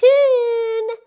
Tune